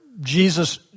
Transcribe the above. Jesus